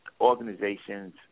organizations